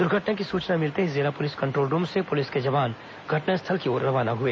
दुर्घटना की सूचना मिलते ही जिला पुलिस कंट्रोल रूम से पुलिस के जवान घटनास्थल की ओर रवाना हुए